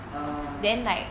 (uh huh) (uh huh)